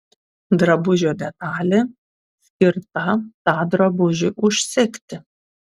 drabužio detalė skirta tą drabužį užsegti